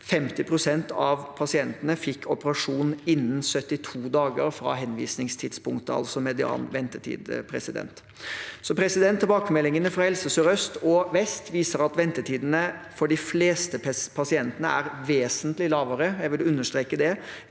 50 pst. av pasientene fikk operasjon innen 72 dager fra henvisningstidspunktet, altså median ventetid. Tilbakemeldingene fra Helse sør-øst og Helse vest viser at ventetidene for de fleste pasientene er vesentlig lavere – jeg vil understreke det